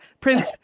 Prince